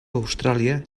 austràlia